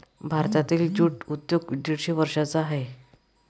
भारतातील ज्यूट उद्योग दीडशे वर्षांचा आहे